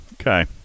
Okay